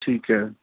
ਠੀਕ ਹੈ